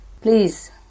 Please